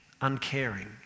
uncaring